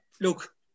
Look